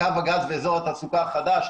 קו הגז ואזור התעסוקה החדש.